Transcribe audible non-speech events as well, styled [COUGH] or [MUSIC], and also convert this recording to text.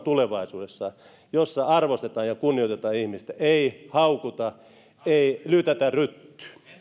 [UNINTELLIGIBLE] tulevaisuudessa että arvostetaan ja kunnioitetaan ihmistä ei haukuta ei lytätä ryttyyn